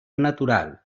natural